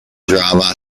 drama